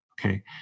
okay